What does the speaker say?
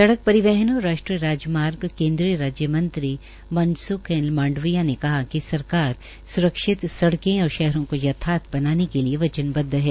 सड़क परिवहन और राष्ट्रीय राजमार्ग केन्द्रीय राज्य मंत्री मनसुख मांडविया ने कहा कि सरकार स्रक्षित और शहरों का यथार्थ सड़क बनाने के लिए वचनबद्व है